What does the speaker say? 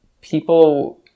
people